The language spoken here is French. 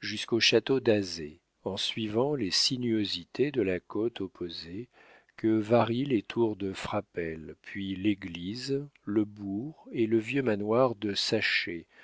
jusqu'au château d'azay en suivant les sinuosités de la côte opposée que varient les tours de frapesle puis l'église le bourg et le vieux manoir de saché